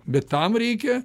bet tam reikia